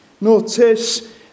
Notice